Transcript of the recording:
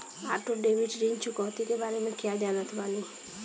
Auto debit ऋण चुकौती के बारे में कया जानत बानी?